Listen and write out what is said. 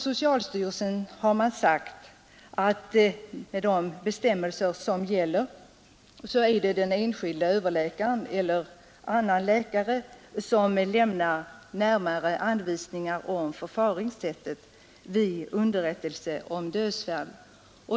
Socialstyrelsen har förklarat att det i enlighet med de bestämmelser som gäller är den enskilde överläkaren som lämnar närmare anvisningar om förfaringssättet vid underrättelse om dödsfall.